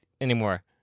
anymore